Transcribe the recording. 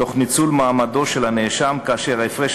תוך ניצול מעמדו של הנאשם וכאשר הפרש